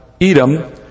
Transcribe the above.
Edom